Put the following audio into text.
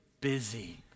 busy